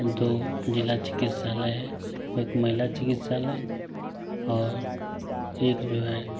दो ज़िला चिकित्सालय है एक महिला चिकित्सालय और एक जो है